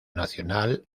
nacional